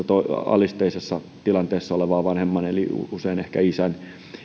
alisteisessa tilanteessa olevan vanhemman eli usein ehkä isän